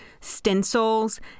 stencils